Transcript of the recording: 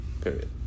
Period